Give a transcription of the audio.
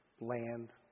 land